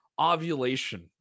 ovulation